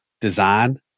design